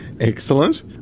Excellent